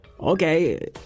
Okay